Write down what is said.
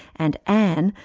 and anne,